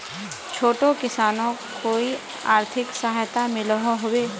छोटो किसानोक कोई आर्थिक सहायता मिलोहो होबे?